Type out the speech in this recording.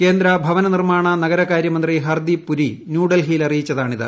കേന്ദ്ര ഭവന നിർമ്മാണ നഗരകാരൃമന്ത്രി ഹർദീപ് പുരി ന്യൂഡൽഹിയിൽ അറിയിച്ചതാണിത്